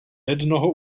jednoho